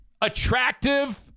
Attractive